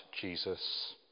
Jesus